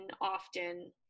often